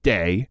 Day